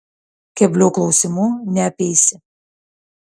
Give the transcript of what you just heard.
keblių klausimų neapeisi